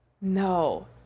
No